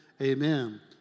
amen